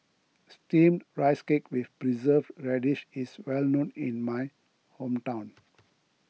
Steamed Rice Cake with Preserved Radish is well known in my hometown